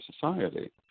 society